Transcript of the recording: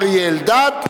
אריה אלדד,